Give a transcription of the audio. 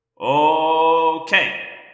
Okay